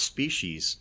Species